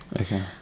Okay